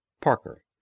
parker